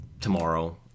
tomorrow